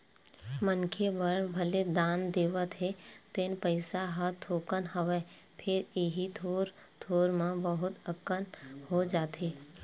मनखे बर भले दान देवत हे तेन पइसा ह थोकन हवय फेर इही थोर थोर म बहुत अकन हो जाथे